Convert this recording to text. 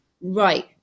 Right